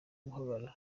guhagarara